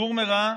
סור מרע,